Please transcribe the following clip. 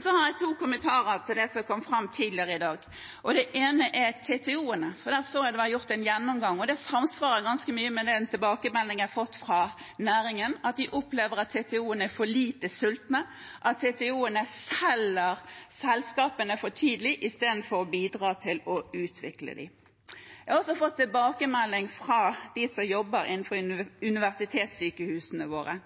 Så har jeg to kommentarer til det som kom fram tidligere i dag. Det ene er TTO-ene. Der så jeg at det var gjort en gjennomgang, og det samsvarer ganske mye med den tilbakemeldingen jeg har fått fra næringen. De opplever at TTO-ene er for lite sultne, og at TTO-ene selger selskapene for tidlig i stedet for å bidra til å utvikle dem. Jeg har også fått tilbakemelding fra dem som jobber innenfor universitetssykehusene våre,